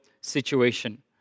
situation